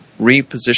reposition